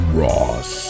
ross